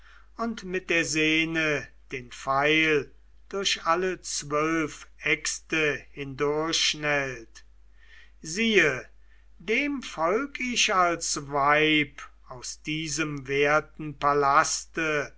und mit der senne den pfeil durch alle zwölf äxte hindurchschnellt siehe dem folg ich als weib aus diesem werten